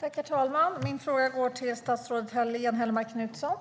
Herr talman! Min fråga går till statsrådet Helene Hellmark Knutsson.